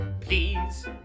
Please